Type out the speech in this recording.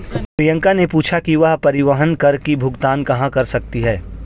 प्रियंका ने पूछा कि वह परिवहन कर की भुगतान कहाँ कर सकती है?